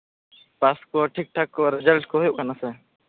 ᱯᱟᱥ ᱠᱚ ᱴᱷᱤᱠ ᱴᱷᱟᱠ ᱨᱮᱡᱟᱞᱴ ᱠᱚ ᱦᱩᱭᱩᱜ ᱠᱟᱱᱟ ᱥᱮ